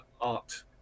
art